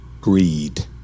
greed